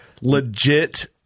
legit